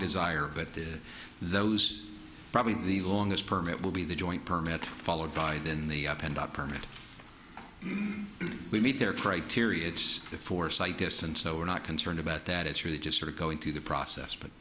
desire but that those probably the longest permit will be the joint permit followed by then the up and up permit we meet their criteria it's the foresight guess and so we're not concerned about that it's really just sort of going through the process but